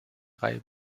reihe